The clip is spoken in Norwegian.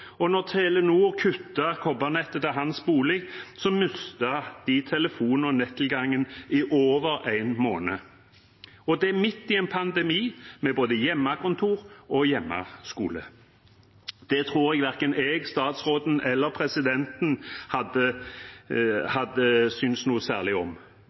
og da Telenor kuttet kobbernettet til hans bolig, mistet de telefon- og nettilgangen i over en måned – og det midt i en pandemi med både hjemmekontor og hjemmeskole. Det tror jeg verken jeg, statsråden eller presidenten hadde syntes noe særlig om.